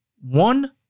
one